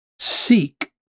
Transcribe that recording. seek